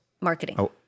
marketing